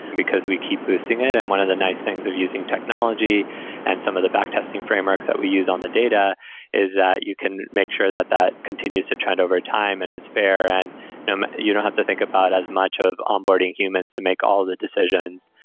because we keep boosting it. and one of the nice things of using technology and some of the back testing frameworks that we use on the data is that you can make sure that that continues to trend over time and is fair and you don't have to think about as much of onboarding humans to make all the decisions.